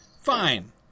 fine